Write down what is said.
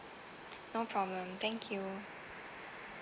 no problem thank you